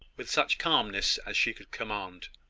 with such calmness as she could command.